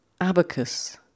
Abacus